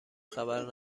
خبر